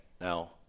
Now